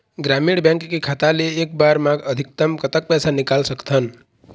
ग्रामीण बैंक के खाता ले एक बार मा अधिकतम कतक पैसा निकाल सकथन?